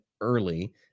early